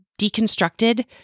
deconstructed